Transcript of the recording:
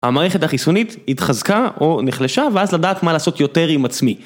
המערכת החיסונית התחזקה או נחלשה ואז לדעת מה לעשות יותר עם עצמי.